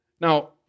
Now